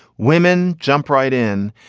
women. jump right in.